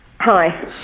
Hi